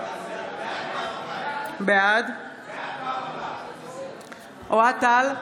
בעד אוהד טל,